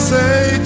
say